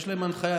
יש להם הנחיה.